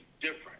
different